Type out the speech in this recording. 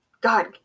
God